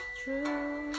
true